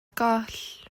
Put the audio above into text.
goll